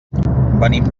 venim